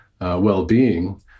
well-being